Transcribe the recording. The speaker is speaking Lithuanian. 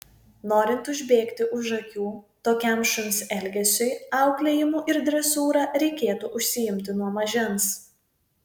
norint užbėgti už akių tokiam šuns elgesiui auklėjimu ir dresūra reikėtų užsiimti nuo mažens